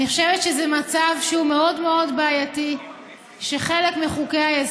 אני חושבת שזה מצב שהוא מאוד מאוד בעייתי שחלק מחוקי-היסוד,